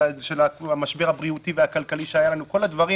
בנושא של המשבר הבריאותי והכלכלי שהיה לנו כל הדברים